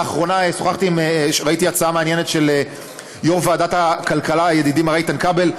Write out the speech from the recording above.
לאחרונה ראיתי הצעה מעניינת של יו"ר ועדת הכלכלה ידידי איתן כבל,